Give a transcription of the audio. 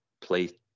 play